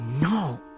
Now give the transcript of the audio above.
No